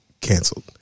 canceled